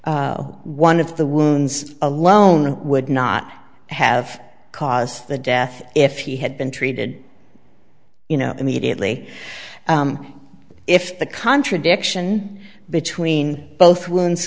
one of the wounds alone would not have caused the death if he had been treated you know immediately if the contradiction between both wo